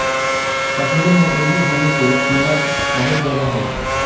कश्मीर में कृषि भूमि के कीमत बहुत ज्यादा हइ